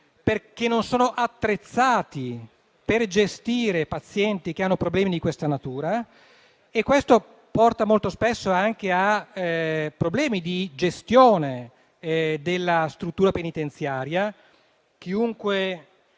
che non sono attrezzati per gestire pazienti con problemi di questa natura. Questo porta molto spesso anche a problemi di gestione della struttura penitenziaria.